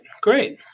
Great